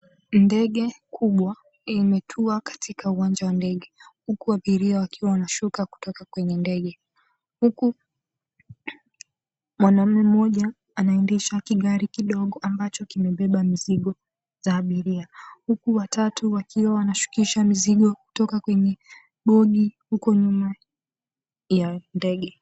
Ndege kubwa imetua katika uwanja wa ndege huku abiria wakiwa wanashuka kutoka kwenye ndege, huku mwanamume mmoja anaendesha kigari kidogo ambacho kimebeba mzigo za abiria huku watatu wakiwa wanashukisha mizigo kutoka kwenye bogi huko nyuma ya ndege.